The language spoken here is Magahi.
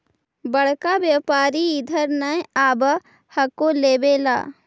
बड़का व्यापारि इधर नय आब हको लेबे ला?